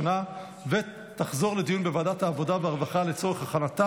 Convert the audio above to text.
לוועדת העבודה והרווחה נתקבלה.